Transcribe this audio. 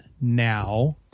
now